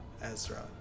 Ezra